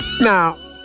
Now